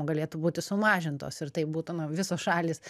galėtų būti sumažintos ir taip būtų na visos šalys